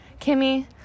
Kimmy